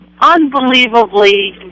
unbelievably